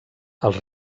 els